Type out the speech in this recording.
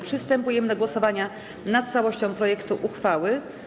Przystępujemy do głosowania nad całością projektu uchwały.